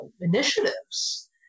initiatives